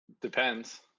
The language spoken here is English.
Depends